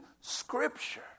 scripture